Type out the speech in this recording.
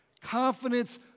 Confidence